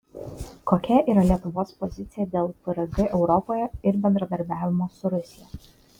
kokia yra lietuvos pozicija dėl prg europoje ir bendradarbiavimo su rusija